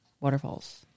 Waterfalls